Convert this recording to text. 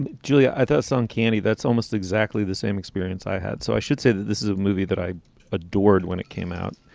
and julia? i thought some candy. that's almost exactly the same experience i had. so i should say that this is a movie that i adored when it came out,